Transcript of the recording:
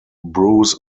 bruce